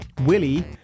Willie